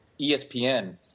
ESPN